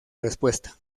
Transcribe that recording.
respuesta